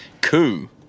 coup